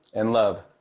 and love,